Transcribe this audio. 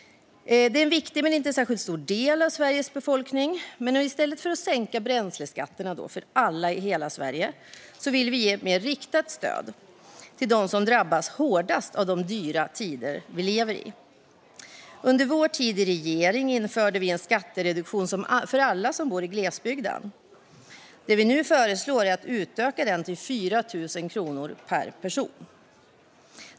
Det är en viktig men inte särskilt stor del av Sveriges befolkning. I stället för att sänka bränsleskatterna för alla i hela Sverige vill vi ge ett mer riktat stöd till dem som drabbas hårdast av de dyra tider vi lever i. Under vår tid i regeringen införde vi en skattereduktion för alla som bor i glesbygden. Det vi nu föreslår är att utöka den till 4 000 kronor per person.